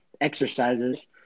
exercises